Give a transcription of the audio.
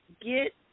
get